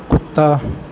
ਕੁੱਤਾ